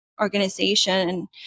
organization